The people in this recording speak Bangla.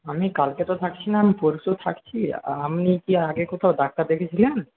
আমি কালকে তো থাকছি না আমি পরশু থাকছি আপনি কি আগে কোথাও ডাক্তার দেখিয়েছিলেন